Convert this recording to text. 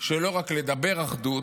לא רק לדבר אחדות,